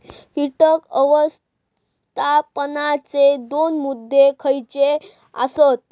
कीटक व्यवस्थापनाचे दोन मुद्दे खयचे आसत?